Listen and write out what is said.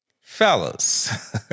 Fellas